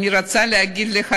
אני רוצה להגיד לך,